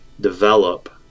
develop